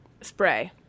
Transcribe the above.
spray